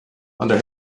under